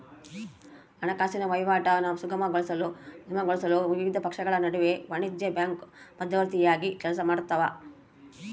ಹಣಕಾಸಿನ ವಹಿವಾಟು ಸುಗಮಗೊಳಿಸಲು ವಿವಿಧ ಪಕ್ಷಗಳ ನಡುವೆ ವಾಣಿಜ್ಯ ಬ್ಯಾಂಕು ಮಧ್ಯವರ್ತಿಯಾಗಿ ಕೆಲಸಮಾಡ್ತವ